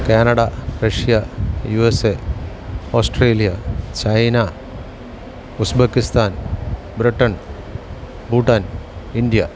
Canada Russia U S A Australia China Uzbekistan Britain Bhutan India